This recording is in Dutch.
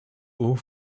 oog